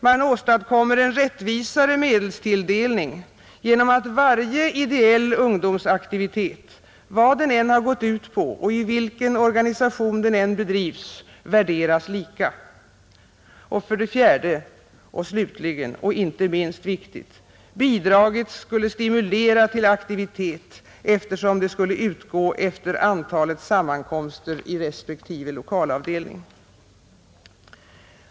Man åstadkommer en rättvisare medelstilldelning genom att varje ideell ungdomsaktivitet, vad den än gått ut på och i vilken organisation den än bedrivs, värderas lika, 4, Slutligen och inte minst viktigt: Bidraget stimulerar till aktivitet, eftersom det skall utgå efter antalet sammankomster i respektive lokalavdelning.